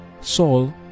Saul